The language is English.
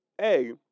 A-